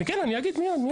אני אגיד מיד.